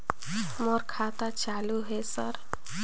मोर खाता चालु हे सर?